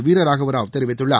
வீரராகவராவ் தெரிவித்துள்ளார்